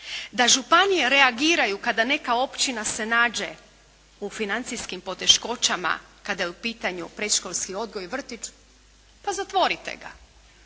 Da županije reagiraju kada neka općina se nađe u financijskim poteškoćama kada je u pitanju predškolski odgoj i vrtić pa zatvorite ga.